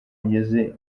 ngeze